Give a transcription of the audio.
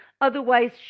Otherwise